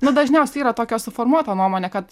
nu dažniausiai yra tokia suformuota nuomonė kad